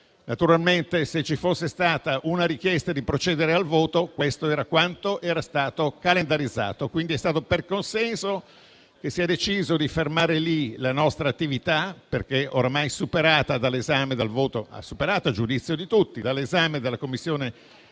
Naturalmente, se ci fosse stata una richiesta di procedere al voto, questo era quanto era stato calendarizzato; quindi è stato per consenso che si è deciso di fermare lì la nostra attività, perché ormai superata, a giudizio di tutti, dall'esame della Commissione